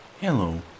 Hello